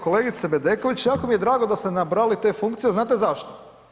Kolegice Bedeković, jako mi je drago da ste nabrojali te funkcije, a znate zašto?